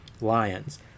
Lions